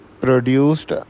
produced